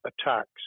attacks